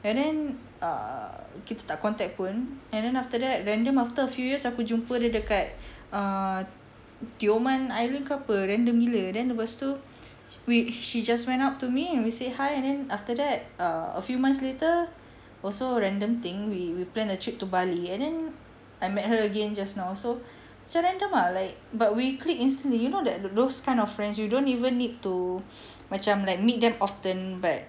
and then err kita tak contact pun and then after that random after few years aku jumpa dia dekat err tioman island ke apa then random gila then lepas tu we she just went up to me and we say hi and then after that a few months later also random thing we we plan a trip to bali and then I met her again just now so macam random lah like but we click instantly you know that the those kind of friends you don't even need to macam like meet them often but